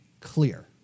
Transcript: clear